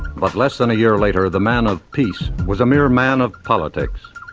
but less than a year later the man of peace was a mere man of politics.